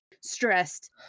stressed